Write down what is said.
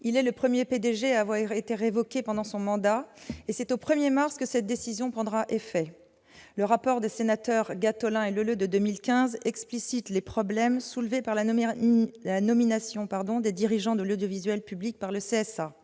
Gallet, premier PDG à avoir été révoqué pendant son mandat. Cette décision prendra effet le 1 mars prochain. Le rapport des sénateurs Gattolin et Leleux de 2015 explicite les problèmes soulevés par la nomination des dirigeants de l'audiovisuel public par le CSA.